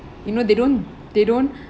you know they don't they don't